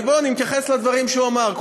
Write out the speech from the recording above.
אני, בוא, אני מתייחס לדברים שהוא אמר.